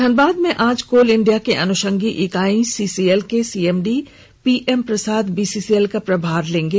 धनबाद में आज कोल इंडिया की अनुषंगी इकाई सीसीएल के सीएमडी पीएम प्रसाद बीसीसीएल का प्रभार लेंगे